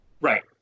Right